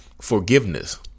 forgiveness